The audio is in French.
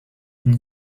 comme